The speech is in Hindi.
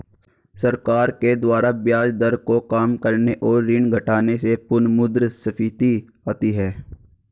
सरकार के द्वारा ब्याज दर को काम करने और ऋण घटाने से पुनःमुद्रस्फीति आती है